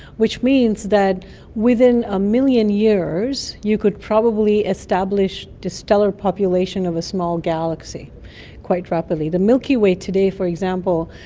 which means that within a million years you could probably establish the stellar population of a small galaxy quite rapidly. the milky way today, for example,